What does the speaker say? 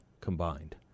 combined